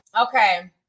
Okay